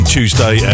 Tuesday